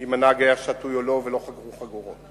אם הנהג היה שתוי או לא ולא חגרו חגורות,